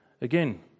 Again